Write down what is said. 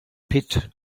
pit